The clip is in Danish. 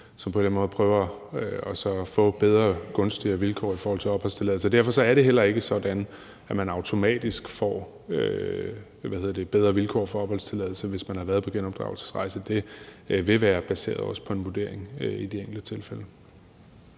som på den måde prøver at få bedre, gunstigere vilkår i forhold til opholdstilladelse. Derfor er det heller ikke sådan, at man automatisk får bedre vilkår for opholdstilladelse, hvis man har været på genopdragelsesrejse. Det vil også være baseret på en vurdering i de enkelte tilfælde.